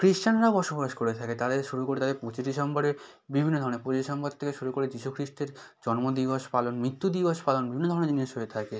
খ্রিশ্চানরাও বসবাস করে থাকে তাদের শুরু করে তাদের পঁচিশে ডিসেম্বরে বিভিন্ন ধরনের পঁচিশে ডিসেম্বর থেকে শুরু করে যীশু খ্রিস্টের জন্ম দিবস পালন মৃত্যু দিবস পালন বিভিন্ন ধরনের জিনিস হয়ে থাকে